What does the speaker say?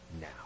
now